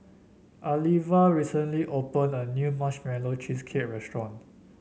Alivia recently opened a new Marshmallow Cheesecake restaurant